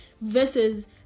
versus